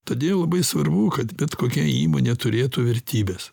todėl labai svarbu kad bet kokia įmonė turėtų vertybes